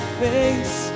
face